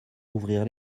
ouvrir